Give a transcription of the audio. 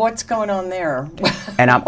what's going on there and i'm